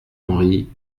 henry